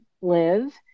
live